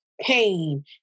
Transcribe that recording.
pain